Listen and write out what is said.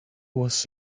was